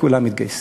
כולם מתגייסים.